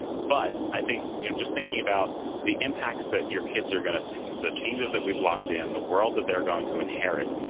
but i think you're just thinking about the impacts that your kids are going to see, the changes that we've locked in, the world that they're going to inherit.